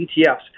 ETFs